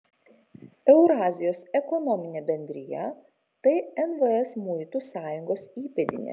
eurazijos ekonominė bendrija tai nvs muitų sąjungos įpėdinė